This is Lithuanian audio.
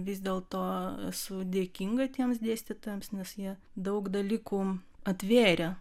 vis dėlto esu dėkinga tiems dėstytojams nes jie daug dalykų atvėrė